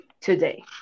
today